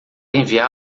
enviá